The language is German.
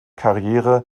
karriere